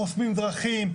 חוסמים דרכים,